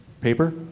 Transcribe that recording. paper